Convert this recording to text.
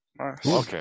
Okay